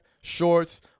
shorts